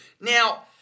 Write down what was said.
Now